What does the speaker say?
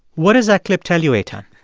what does that clip tell you, eitan?